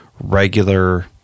regular